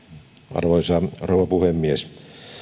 arvoisa rouva puhemies